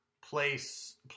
place